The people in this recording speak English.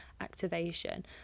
activation